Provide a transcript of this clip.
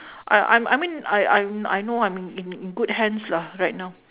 I I m~ I mean I I I know I'm in in in good hands lah right now